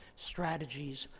strategies,